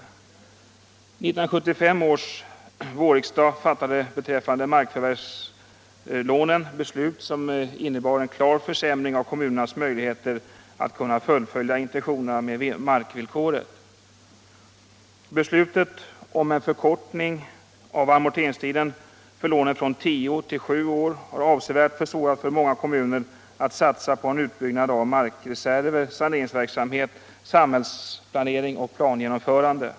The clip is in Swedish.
1975 års vårriksdag fattade beträffande markförvärvslånen beslut som innebar en klar försämring av kommunernas möjligheter att fullfölja intentionerna med markvillkoret. Beslutet om en förkortning av amorteringstiden för lånen från tio till sju år har avsevärt försvårat för många kommuner att satsa på en utbyggnad av markreserver, saneringsverksamhet, samhällsplanering och plangenomförande.